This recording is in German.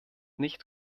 nicht